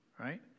right